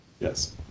Yes